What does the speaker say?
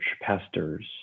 pastors